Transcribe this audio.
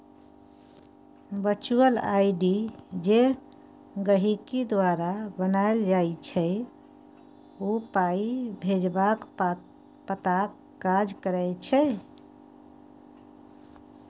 virtual ID जे गहिंकी द्वारा बनाएल जाइ छै ओ पाइ भेजबाक पताक काज करै छै